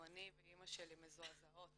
אני ואימא שלי מזועזעות